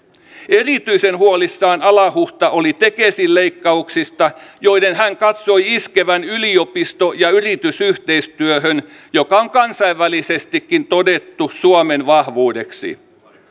erityisen huolissaan alahuhta oli tekesin leikkauksista joiden hän katsoi iskevän yliopisto ja yritysyhteistyöhön joka on kansainvälisestikin todettu suomen vahvuudeksi